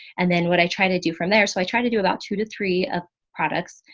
and then what i try to do from there. so i try to do about two to three ah products.